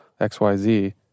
XYZ